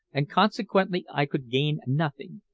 and consequently i could gain nothing.